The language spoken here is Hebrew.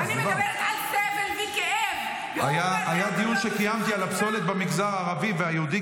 אני מקווה שתשמע את מה שאתה אומר יותר ברוגע ויותר בשכל.